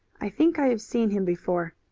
i think i have seen him before.